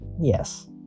Yes